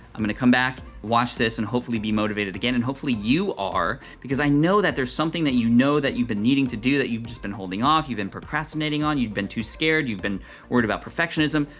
i'm gonna come back, watch this, and hopefully be motivated again and hopefully you are because i know that there's something that you know that you've been needing to do that you've just been holding off, you've been procrastinating on, you've been too scared, you've been worried about perfectionism.